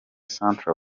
centre